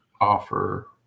offer